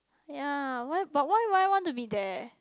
ya why but why would I want to be there